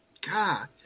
God